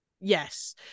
yes